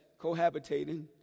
Cohabitating